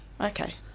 Okay